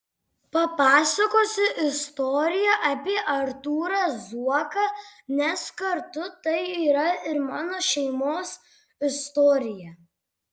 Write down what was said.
papasakosiu istoriją apie artūrą zuoką nes kartu tai yra ir mano šeimos istorija